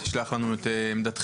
בבקשה.